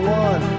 one